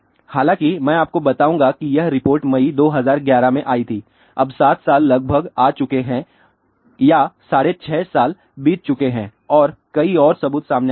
हालाँकि मैं आपको बताऊंगा कि यह रिपोर्ट मई 2011 में आई थी अब 7 साल लगभग आ चुके हैं या साढ़े 6 साल बीत चुके हैं और कई और सबूत सामने आए हैं